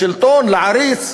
לשלטון, לעריץ,